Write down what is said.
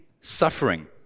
suffering